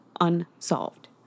unsolved